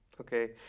Okay